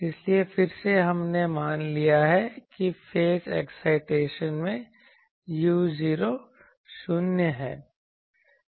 इसलिए फिर से हमने मान लिया है कि फेज एक्साइटेशन में u0 शून्य है